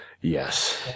Yes